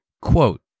Quote